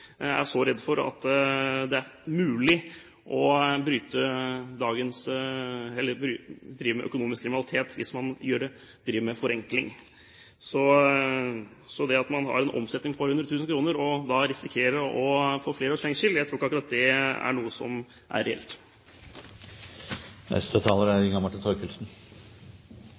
Jeg vil heller foreslå at SV kan foreslå å øke straffene, hvis de er så redde for at det skal bli mulig å drive med økonomisk kriminalitet – med forenklingstiltak. Så det å gjøre noe slikt når man har en omsetning på 100 000 kr, og da risikerer å få flere års fengsel – jeg tror ikke akkurat det er noe som er reelt.